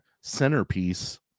centerpiece